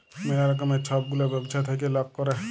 ম্যালা রকমের ছব গুলা ব্যবছা থ্যাইকে লক ক্যরে